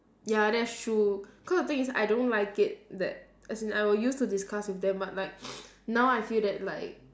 ya that's true cause the thing is I don't like it that as in I will use to discuss with them but like now I feel that like